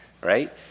Right